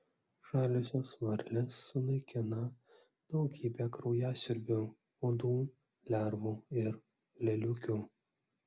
žaliosios varlės sunaikina daugybę kraujasiurbių uodų lervų ir lėliukių